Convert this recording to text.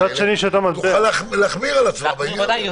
תוכל להחמיר על עצמה בעניין הזה.